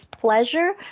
pleasure